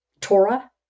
Torah